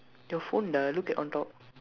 your phone lah look at on top